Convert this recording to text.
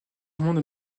vraiment